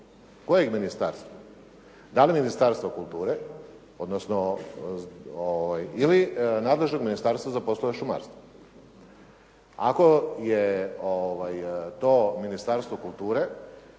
Kojeg ministarstva? Dali Ministarstva kulture, odnosno ili nadležnog ministarstva za poslove šumarstva? Ako je to ministarstvo kulture,